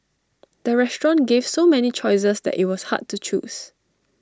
the restaurant gave so many choices that IT was hard to choose